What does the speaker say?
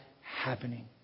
happening